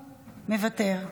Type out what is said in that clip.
מוותר.